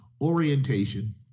orientation